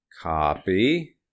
Copy